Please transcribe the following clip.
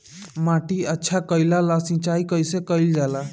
माटी अच्छा कइला ला सिंचाई कइसे कइल जाला?